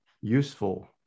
useful